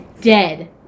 dead